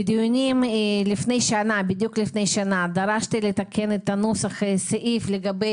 בדיונים שנערכו בדיוק לפני שנה דרשתי לתקן את נוסח הסעיף לגבי